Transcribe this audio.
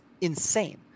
insane